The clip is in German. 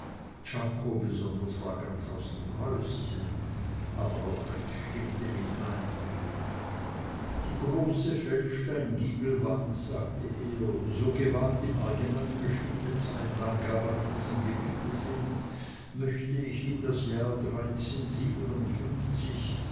czako besonders war ganz aus dem häuschen aber auch rex stimmte mit ein die große feldsteingiebelwand sagte er so gewagt im allgemeinen bestimmte zeitangaben auf diesem gebiete sind möcht ich in das jahr